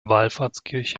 wallfahrtskirche